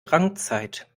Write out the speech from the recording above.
drangzeit